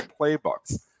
playbooks